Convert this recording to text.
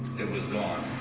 it was gone.